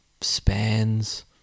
spans